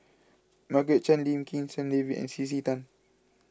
Margaret Chan Lim Kim San David and C C Tan